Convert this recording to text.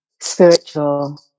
spiritual